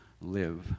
live